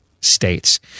states